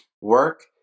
work